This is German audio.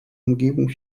umgebung